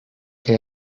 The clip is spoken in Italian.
che